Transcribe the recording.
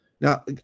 Now